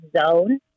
Zone